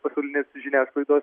pasaulinės žiniasklaidos į